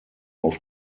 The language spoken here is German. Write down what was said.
auf